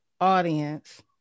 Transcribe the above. audience